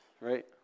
right